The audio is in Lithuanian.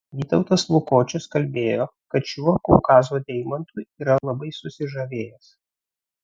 vytautas lukočius kalbėjo kad šiuo kaukazo deimantu yra labai susižavėjęs